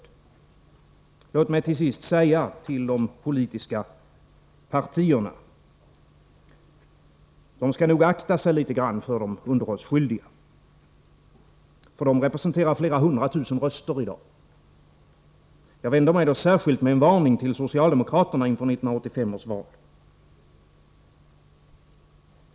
Låt mig till sist säga till de politiska partierna, att de nog bör akta sig litet grand för de underhållsskyldiga. Dessa representerar i dag flera hundra tusen röster. Och jag vänder mig särskilt med en varning till socialdemokraterna inför 1985 års val.